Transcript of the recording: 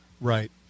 right